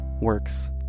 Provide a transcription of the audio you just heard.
Works